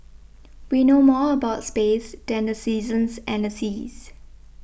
we know more about space than the seasons and the seas